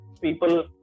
People